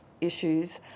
issues